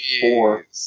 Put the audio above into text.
Four